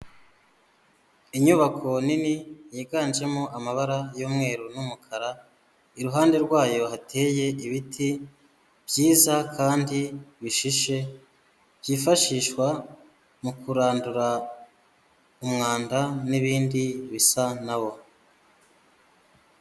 Inyubako nini yiganjemo amabara y'mweru n'umukara iruhande rwayo hateye ibiti byiza kandi bishishe byifashishwa mu kurandura umwanda n'ibindi bisa nabo.